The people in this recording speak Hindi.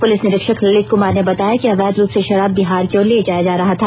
पुलिस निरीक्षक ललित कुमार ने बताया कि अवैध रूप से शराब बिहार की ओर ले जाया जा रहा था